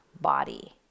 body